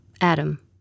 Adam